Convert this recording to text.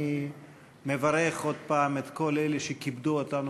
אני מברך עוד פעם את כל אלה שכיבדו אותנו